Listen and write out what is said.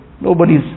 nobody's